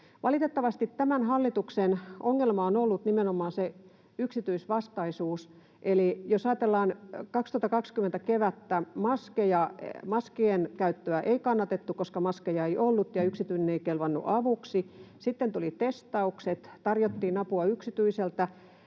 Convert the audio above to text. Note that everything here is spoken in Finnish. Valitettavasti tämän hallituksen ongelma on ollut nimenomaan yksityisvastaisuus. Eli jos ajatellaan kevättä 2020, maskien käyttöä ei kannatettu, koska maskeja ei ollut ja yksityinen ei kelvannut avuksi. Sitten tulivat testaukset, tarjottiin apua yksityiseltä,